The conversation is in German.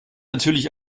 natürlich